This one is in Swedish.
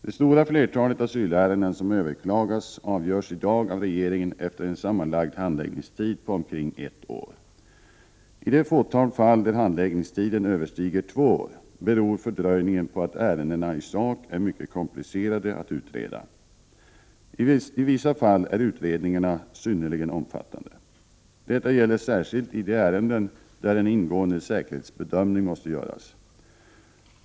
Det stora flertalet asylärenden som överklagas avgörs i dag av regeringen efter en sammanlagd handläggningstid på omkring ett år. I det fåtal fall där handläggningstiden överstiger två år, beror fördröjningen på att ärendena i sak är mycket komplicerade att utreda. I vissa fall är utredningarna synnerligen omfattande. Detta gäller särskilt i de ärenden där en ingående säkerhetsbedömning måste göras.